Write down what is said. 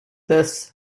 this